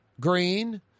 green